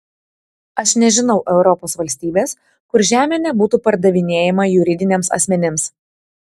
aš nežinau europos valstybės kur žemė nebūtų pardavinėjama juridiniams asmenims